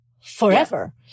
forever